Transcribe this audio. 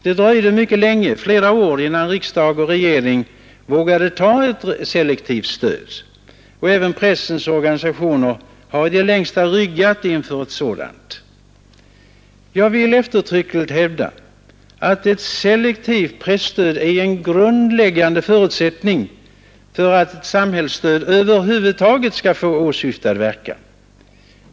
Det dröjde flera år innan riksdag och regering vågade ta ett selektivt stöd. Även pressens organisationer har i det längsta ryggat för ett sådant. Jag vill eftertryckligt hävda att ett selektivt presstöd är en grundläggande förutsättning för att ett samhällsstöd över huvud taget skall få åsyftad verkan.